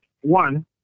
One